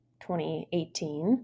2018